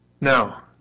Now